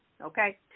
okay